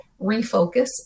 refocus